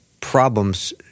problems